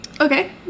Okay